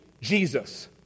Jesus